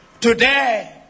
today